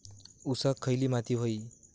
ऊसाक खयली माती व्हयी?